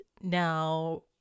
now